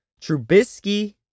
Trubisky